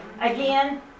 again